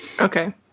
okay